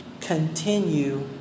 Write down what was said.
Continue